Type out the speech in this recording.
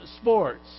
sports